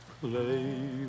Play